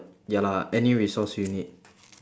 ya lah any resource you need